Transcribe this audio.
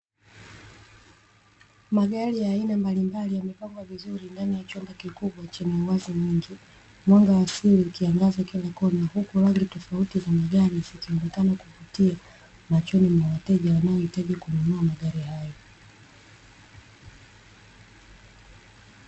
Magari ya aina mbalimbali yamepangwa vizuri ndani ya chumba kikubwa chenye uwazi mwingi. Mwanga wa asili ukiangaza kila kona, huku rangi tofauti za magari zikionekana kuvutia machoni mwa wateja wanaohitaji kununua magari hayo.